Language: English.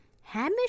Hamish